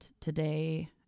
today